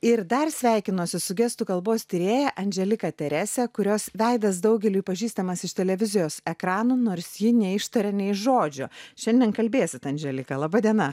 ir dar sveikinuosi su gestų kalbos tyrėja anželika terese kurios veidas daugeliui pažįstamas iš televizijos ekranų nors ji neištaria nei žodžio šiandien kalbėsit anželika laba diena